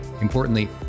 importantly